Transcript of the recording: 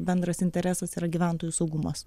bendras interesas yra gyventojų saugumas